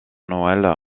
noël